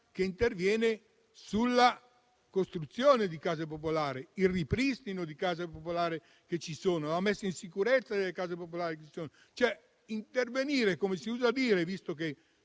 che intervenga sulla costruzione di case popolari, sul ripristino delle case popolare, che ci sono, sulla messa in sicurezza delle case popolari, che ci sono. Intervenire sul mercato, come si usa dire, visto che